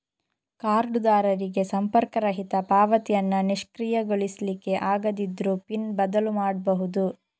ಕಾರ್ಡುದಾರರಿಗೆ ಸಂಪರ್ಕರಹಿತ ಪಾವತಿಯನ್ನ ನಿಷ್ಕ್ರಿಯಗೊಳಿಸ್ಲಿಕ್ಕೆ ಆಗದಿದ್ರೂ ಪಿನ್ ಬದಲು ಮಾಡ್ಬಹುದು